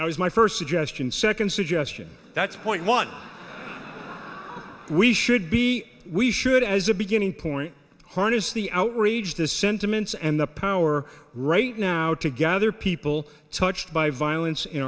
is my first suggestion second suggestion that's point one we should be we should as a beginning point harness the outrage the sentiments and the power right now to gather people touched by violence in